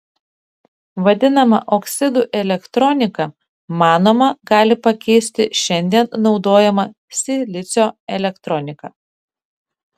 vadinama oksidų elektronika manoma gali pakeisti šiandien naudojamą silicio elektroniką